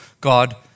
God